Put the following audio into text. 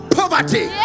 poverty